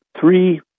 three